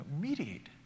mediate